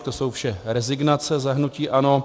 To jsou vše rezignace za hnutí ANO.